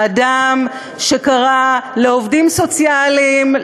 האדם שקרא לעובדים סוציאליים,